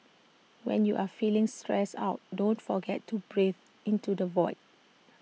when you are feeling stressed out don't forget to breathe into the void